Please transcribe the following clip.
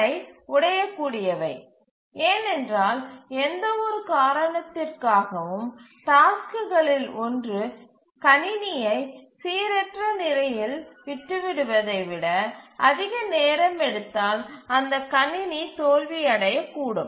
இவை உடையக்கூடியவை ஏனென்றால் எந்தவொரு காரணத்திற்காகவும் டாஸ்க்குகளில் ஒன்று கணினியை சீரற்ற நிலையில் விட்டு விடுவதை விட அதிக நேரம் எடுத்தால் அந்த கணினி தோல்வி அடையக் கூடும்